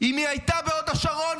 אם היא הייתה בהוד השרון,